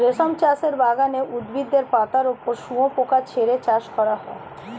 রেশম চাষের বাগানে উদ্ভিদের পাতার ওপর শুয়োপোকা ছেড়ে চাষ করা হয়